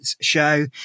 Show